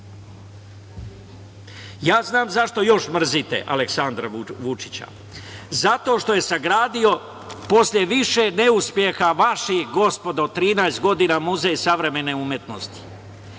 zašto još mrzite Aleksandra Vučića. Zato što je sagradio posle više neuspeha vaših gospodo 13 godina, Muzej savremene umetnosti